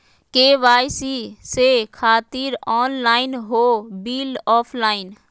KYC से खातिर online हो बिल ऑफलाइन?